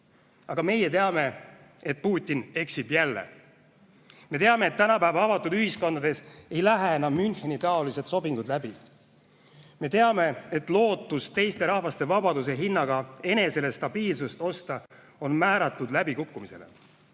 Aga meie teame, et Putin eksib jälle. Me teame, et tänapäeva avatud ühiskondades ei lähe enam Müncheni-taolised sobingud läbi. Me teame, et püüd teiste rahvaste vabaduse hinnaga enesele stabiilsust osta on määratud läbikukkumisele.